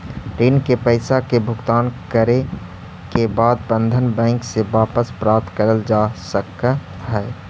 ऋण के पईसा के भुगतान करे के बाद बंधन बैंक से वापस प्राप्त करल जा सकऽ हई